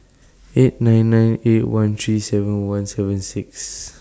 eight nine nine eight one three seven one seven six